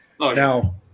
Now